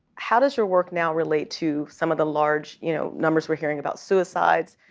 how does your work now relate to some of the large you know numbers we're hearing about suicides,